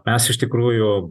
mes iš tikrųjų